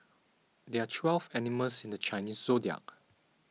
there are twelve animals in the Chinese zodiac